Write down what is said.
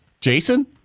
Jason